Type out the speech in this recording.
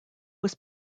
was